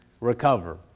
recover